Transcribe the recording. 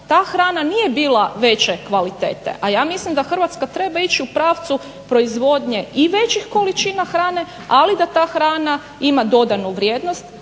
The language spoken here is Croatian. ta hrana nije bila veće kvalitete. A ja mislim da Hrvatska treba ići u pravcu proizvodnje i većih količina hrane ali i da ta hrana ima dodanu vrijednost